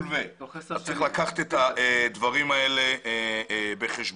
צריך לקחת את הדברים האלה בחשבון.